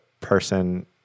person